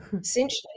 essentially